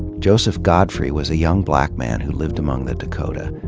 joseph godfrey was a young black man who lived among the dakota.